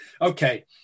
Okay